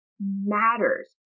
matters